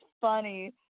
funny